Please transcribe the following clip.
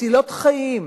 מצילות חיים,